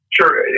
Sure